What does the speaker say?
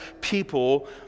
people